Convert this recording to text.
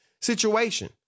situation